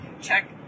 check